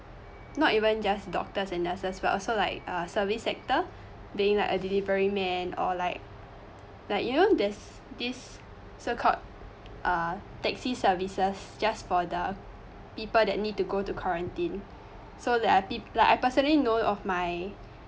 not even just doctors and nurses but also like uh service sector being like a deliveryman or like like you know there's this so-called uh taxi services just for the people that need to go to quarantine so there are pe~ like I personally know of my